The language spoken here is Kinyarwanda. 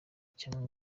cyangwa